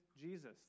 Jesus